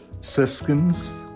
siskins